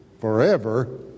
forever